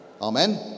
Amen